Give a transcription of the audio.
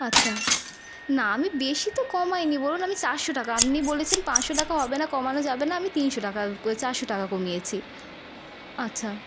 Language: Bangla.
আচ্ছা না আমি বেশি তো কমাই নি বলুন আমি চারশো টাকা আপনি বলেছেন পাঁচশো টাকা হবে না কমানো যাবে না আমি তিনশো টাকা চারশো টাকা কমিয়েছি আচ্ছা